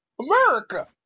America